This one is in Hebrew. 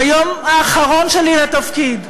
ביום האחרון שלי בתפקיד,